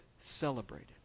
celebrated